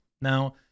Now